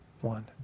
one